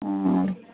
ହଁ